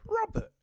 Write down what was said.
Robert